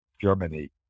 Germany